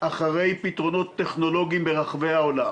אחרי פתרונות טכנולוגיים ברחבי העולם,